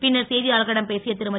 பின்னர் செய்தியாளர்களிடம் பேசிய திருமதி